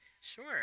Sure